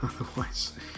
Otherwise